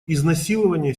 изнасилования